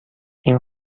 این